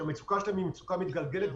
שהמצוקה שלהם היא מצוקה מתגלגלת,